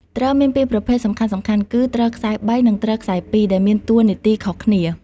ទ្រមានពីរប្រភេទសំខាន់ៗគឺ ទ្រខ្សែបី និង ទ្រខ្សែពីរ ដែលមានតួនាទីខុសគ្នា។